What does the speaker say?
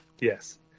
Yes